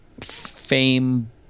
fame